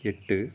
எட்டு